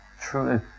true